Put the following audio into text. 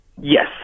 Yes